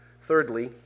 thirdly